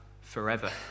forever